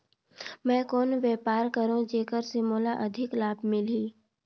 मैं कौन व्यापार करो जेकर से मोला अधिक लाभ मिलही?